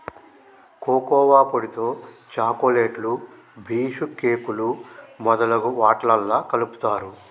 cocoa పొడితో చాకోలెట్లు బీషుకేకులు మొదలగు వాట్లల్లా కలుపుతారు